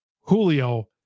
Julio